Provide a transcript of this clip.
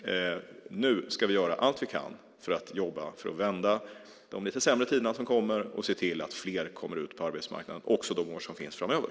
Nu ska vi göra allt vi kan för att jobba för att vända de lite sämre tider som kommer och se till att fler kommer ut på arbetsmarknaden, också de år som kommer framöver.